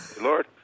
Lord